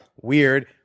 Weird